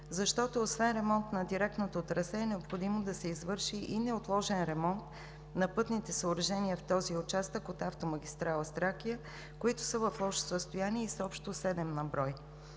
защото освен ремонт на директното трасе, е необходимо да се извърши и неотложен ремонт на пътните съоръжения в този участък от автомагистрала „Тракия“, които са в лошо състояние и са общо седем на брой.